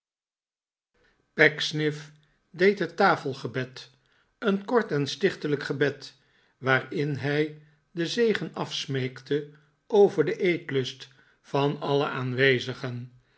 pecksniff deed het tafelgebed een kort en stichtelijk gebed waarin hij den zegen afsmeekte over den eetlust van alle aanwezigen